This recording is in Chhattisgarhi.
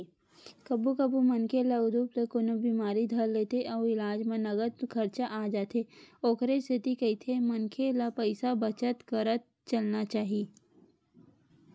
कभू कभू मनखे ल उदुप ले कोनो बिमारी धर लेथे अउ इलाज म नँगत खरचा आ जाथे ओखरे सेती कहिथे मनखे ल पइसा बचत करत चलना चाही